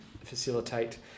facilitate